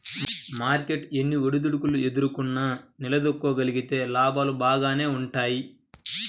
market ఎన్ని ఒడిదుడుకులు ఎదుర్కొన్నా నిలదొక్కుకోగలిగితే లాభాలు బాగానే వుంటయ్యి